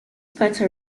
puerto